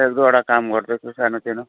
एक दुईवटा काम गर्दैछु सानोतीनो